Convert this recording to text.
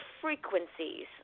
frequencies